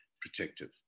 protective